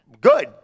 good